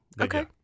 Okay